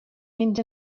mynd